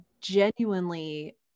genuinely